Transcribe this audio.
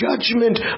Judgment